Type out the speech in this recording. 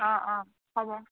অ অ হ'ব